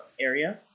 area